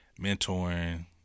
mentoring